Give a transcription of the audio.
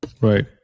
Right